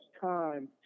time